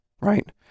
right